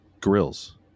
grills